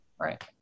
Right